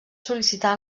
sol·licitar